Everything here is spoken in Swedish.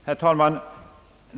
Herr talman!